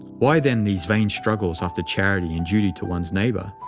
why then these vain struggles after charity and duty to one's neighbour,